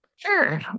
Sure